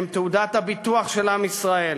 הם תעודת הביטוח של עם ישראל".